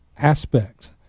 aspects